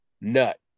nut